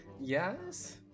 yes